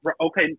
Okay